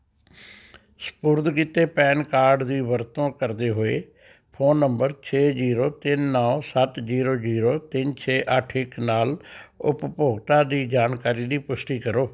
ਸਪੁਰਦ ਕੀਤੇ PAN card ਦੀ ਵਰਤੋਂ ਕਰਦੇ ਹੋਏ ਫ਼ੋਨ ਨੰਬਰ ਛੇ ਜ਼ੀਰੋ ਤਿੰਨ ਨੌ ਸੱਤ ਜ਼ੀਰੋ ਜ਼ੀਰੋ ਤਿੰਨ ਛੇ ਅੱਠ ਇੱਕ ਨਾਲ ਉਪਭੋਗਤਾ ਦੀ ਜਾਣਕਾਰੀ ਦੀ ਪੁਸ਼ਟੀ ਕਰੋ